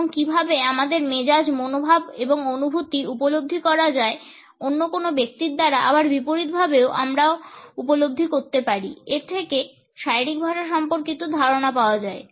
এবং কিভাবে আমাদের মেজাজ মনোভাব এবং অনুভূতি উপলব্ধি করা যায় অন্য কোন ব্যক্তির দ্বারা আবার বিপরীতভাবে আমরাও উপলব্ধি করতে পারি এর থেকে শারীরিক ভাষা সম্পর্কিত ধারণা পাওয়া যায়